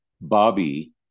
Bobby